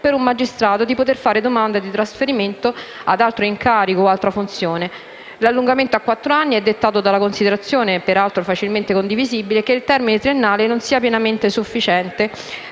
un magistrato può fare domanda di trasferimento ad altro incarico o ad altra funzione. L'allungamento a quattro anni è dettato dalla considerazione, peraltro facilmente condivisibile, che il termine triennale non sia pienamente sufficiente